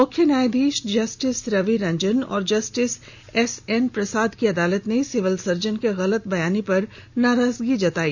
मुख्य न्यायाधीश जस्टिस रवि रंजन और जस्टिस एसएन प्रसाद की अदालत ने सिविल सर्जन के गलत बयानी पर नाराजगी जताई